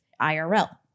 IRL